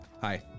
Hi